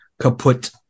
kaput